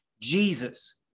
Jesus